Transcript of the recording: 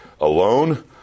alone